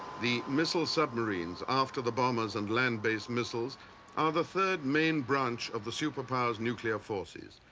the missile submarines after the bombers and land based missiles are the third main branch of the superpower's nuclear forces.